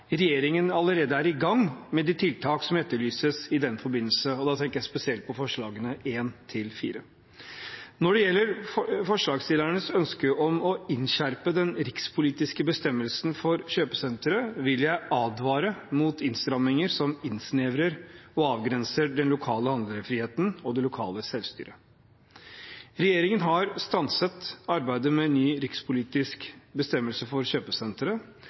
regjeringen allerede er i gang med de tiltak som etterlyses i den forbindelse. Da tenker jeg spesielt på forslagene nr. 1–4. Når det gjelder forslagsstillernes ønske om å innskjerpe den rikspolitiske bestemmelsen for kjøpesentre, vil jeg advare mot innstramninger som innsnevrer og avgrenser den lokale handlefriheten og det lokale selvstyret. Regjeringen har stanset arbeidet med ny rikspolitisk bestemmelse for